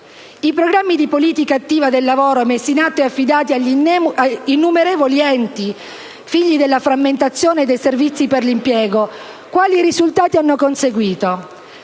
I programmi di politica attiva del lavoro messi in atto e affidati agli innumerevoli enti figli della frammentazione dei servizi per l'impiego quali risultati hanno conseguito?